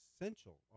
essential